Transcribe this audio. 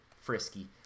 frisky